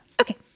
Okay